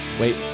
wait